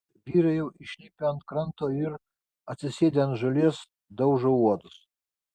vyrai jau išlipę ant kranto ir atsisėdę ant žolės daužo uodus